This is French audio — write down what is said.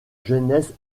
jeunesse